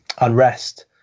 unrest